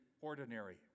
ordinary